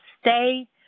Stay